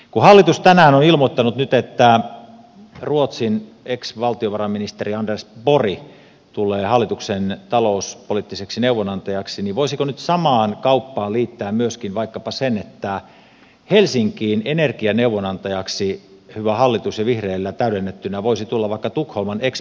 kun hallitus tänään on ilmoittanut nyt että ruotsin ex valtiovarainministeri anders borg tulee hallituksen talouspoliittiseksi neuvonantajaksi niin voisiko nyt samaan kauppaan liittää myöskin vaikkapa sen että helsinkiin energianeuvonantajaksi hyvä hallitus ja vihreillä täydennettynä voisi tulla vaikka tukholman ex pormestari